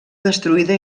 destruïda